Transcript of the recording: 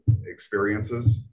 experiences